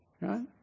right